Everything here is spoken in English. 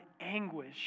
anguish